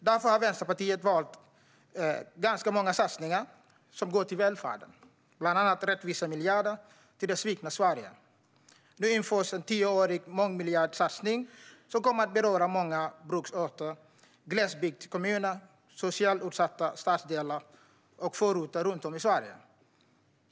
Därför har Vänsterpartiet valt många satsningar som går till välfärden, bland annat rättvisemiljarderna till det svikna Sverige. Nu införs en tioårig mångmiljardsatsning som kommer att beröra många bruksorter, glesbygdskommuner, socialt utsatta stadsdelar och förorter runt om i Sverige.